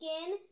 skin